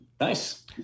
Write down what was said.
nice